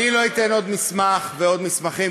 אני לא אתן עוד מסמך ועוד מסמכים,